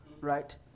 right